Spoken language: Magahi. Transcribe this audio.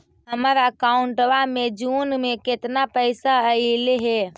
हमर अकाउँटवा मे जून में केतना पैसा अईले हे?